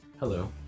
Hello